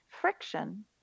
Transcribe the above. friction